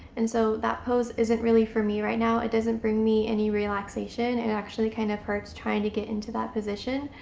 and so that pose isn't really for me right now. it doesn't bring me any relaxation. it actually kind of hurts trying to get into that position.